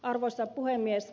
arvoisa puhemies